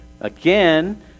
again